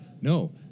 No